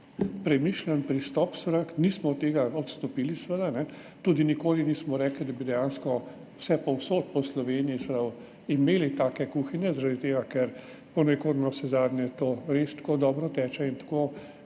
premišljen pristop, seveda nismo od tega odstopili, tudi nikoli nismo rekli, da bi dejansko vsepovsod po Sloveniji imeli take kuhinje, zaradi tega, ker ponekod navsezadnje to res tako dobro teče in tako